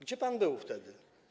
Gdzie pan był wtedy?